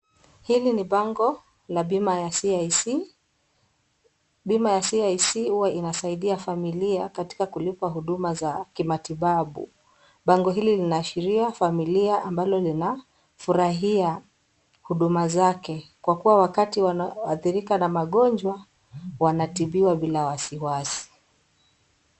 Hili ni bango la bima la CIC.Bima ya CIC huwa inasaidia familia katika kulipa huduma za kimatibabu. Bango hili linaashiria familia ambayo inafurahia huduma zake kwa kuwa wakati zinaathirika na magonjwa wanatibiwa bila wasiwasi